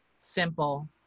simple